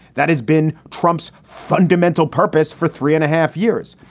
that has been trump's fundamental purpose for three and a half years.